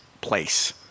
place